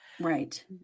Right